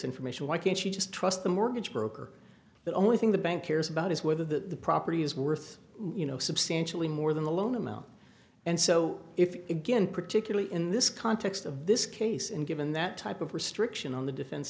information why can't she just trust the mortgage broker the only thing the bank cares about is whether the property is worth you know substantially more than the loan amount and so if again particularly in this context of this case and given that type of restriction on the defen